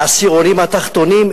לעשירונים התחתונים,